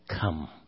come